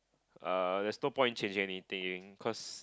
uh there's no point in changing anything cause